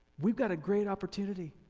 we've got a great opportunity.